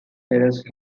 terraced